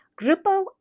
Grupo